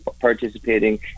participating